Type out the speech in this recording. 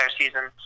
season